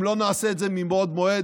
אם לא נעשה את זה מבעוד מועד,